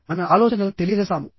మన ఆలోచనలను తెలియజేస్తాము